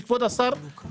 וכבוד השר,